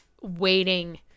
waiting